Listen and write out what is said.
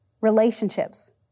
relationships